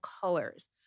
colors